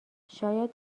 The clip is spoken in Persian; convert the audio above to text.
شاید